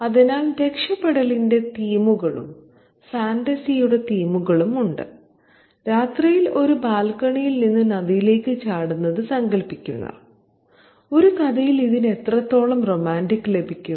അതിനാൽ രക്ഷപ്പെടലിന്റെ തീമുകളും ഫാന്റസിയുടെ തീമുകളും ഉണ്ട് രാത്രിയിൽ ഒരു ബാൽക്കണിയിൽ നിന്ന് നദിയിലേക്ക് ചാടുന്നത് സങ്കൽപ്പിക്കുക ഒരു കഥയിൽ ഇതിന് എത്രത്തോളം റൊമാന്റിക് ലഭിക്കും